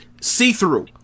see-through